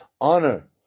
honor